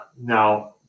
now